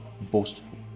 boastful